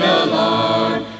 alarm